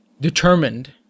determined